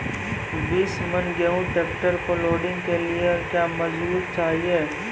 बीस मन गेहूँ ट्रैक्टर पर लोडिंग के लिए क्या मजदूर चाहिए?